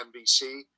NBC